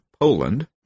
Poland